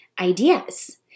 ideas